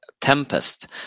tempest